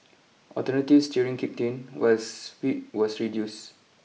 alternative steering kicked was speed was reduce